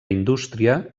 indústria